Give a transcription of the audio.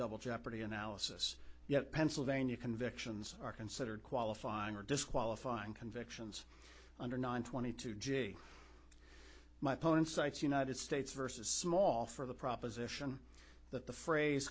double jeopardy analysis yet pennsylvania convictions are considered qualifying or disqualifying convictions under nine twenty two g my opponent cites united states versus small for the proposition that the phrase